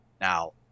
now